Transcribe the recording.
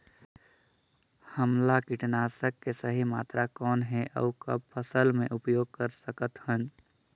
हमला कीटनाशक के सही मात्रा कौन हे अउ कब फसल मे उपयोग कर सकत हन?